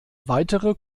weitere